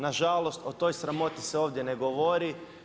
Na žalost o toj sramoti se ovdje ne govori.